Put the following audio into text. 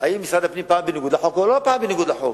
האם משרד הפנים פעל בניגוד לחוק או לא פעל בניגוד לחוק.